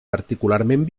particularment